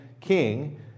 king